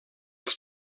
els